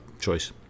choice